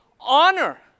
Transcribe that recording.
Honor